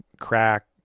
Crack